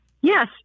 Yes